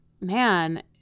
man